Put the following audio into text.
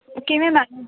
ਕਿਵੇਂ ਮੈਡਮ